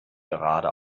gerade